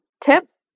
tips